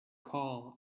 call